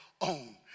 own